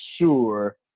sure